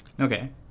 Okay